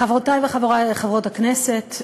חברותי וחברי חברות הכנסת,